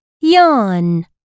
yawn